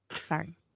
Sorry